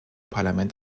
parlament